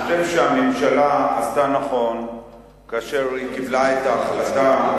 אני חושב שהממשלה עשתה נכון כאשר היא קיבלה את ההחלטה.